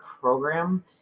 program